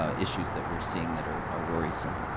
ah issues that we're seeing that are are worrisome.